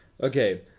Okay